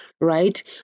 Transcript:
right